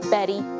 Betty